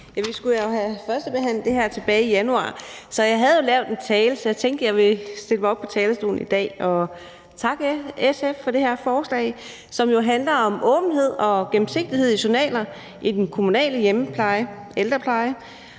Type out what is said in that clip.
Vi skulle have førstebehandlet det her tilbage i januar, så jeg havde jo lavet en tale. Så jeg tænkte, at jeg ville stille mig op på talerstolen i dag og takke SF for det her forslag, som jo handler om åbenhed og gennemsigtighed i journaler i den kommunale hjemmepleje, i ældreplejen,